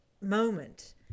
moment